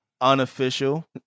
unofficial